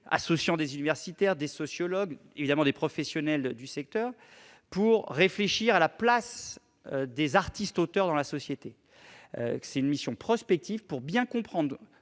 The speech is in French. associant des universitaires, des sociologues et, évidemment, des professionnels du secteur, afin de réfléchir à la place des artistes-auteurs dans la société. Cette mission prospective doit nous permettre